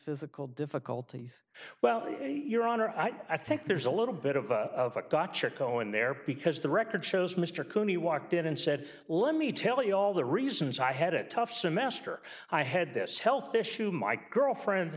physical difficulties well your honor i think there's a little bit of a gut check go in there because the record shows mr cooney walked in and said let me tell you all the reasons i had a tough semester i had this health issue my girlfriend